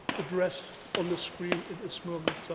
address on the screen at this moment so